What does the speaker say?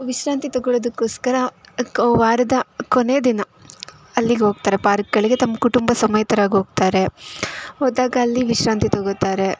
ವಿಶ್ರಾಂತಿ ತಗೊಳ್ಳೋದಕ್ಕೋಸ್ಕರ ವಾರದ ಕೊನೆ ದಿನ ಅಲ್ಲಿಗೆ ಹೋಗ್ತಾರೆ ಪಾರ್ಕ್ಗಳಿಗೆ ತಮ್ಮ ಕುಟುಂಬ ಸಮೇತರಾಗಿ ಹೋಗ್ತಾರೆ ಹೋದಾಗ ಅಲ್ಲಿ ವಿಶ್ರಾಂತಿ ತಗೊಳ್ತಾರೆ